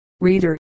reader